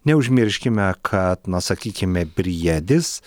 neužmirškime kad na sakykime briedis